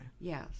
Yes